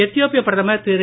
எத்தியோப்பிய பிரதமர் திரு